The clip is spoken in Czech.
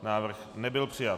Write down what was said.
Návrh nebyl přijat.